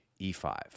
E5